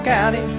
County